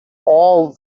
all